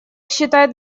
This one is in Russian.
считает